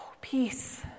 peace